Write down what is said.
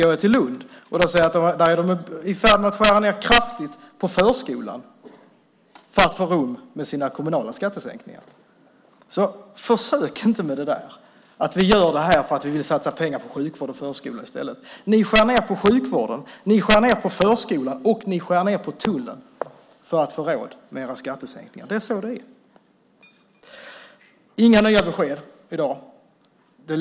Går vi sedan till Lund ser vi att de där är i färd med att kraftigt skära ned på förskolan för att få råd med sina kommunala skattesänkningar. Så försök inte med det där! Säg inte att ni gör det för att ni i stället vill satsa pengar på sjukvården och förskolan. Ni skär ned på sjukvården, ni skär ned på förskolan och ni skär ned på tullen för att få råd med era skattesänkningar. Det är så det är. Vi får inga nya besked i dag.